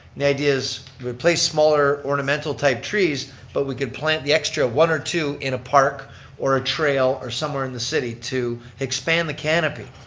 the idea is replace smaller ornamental type trees, but we can plant the extra one or two in a park or trail or somewhere in the city to expand the canopy.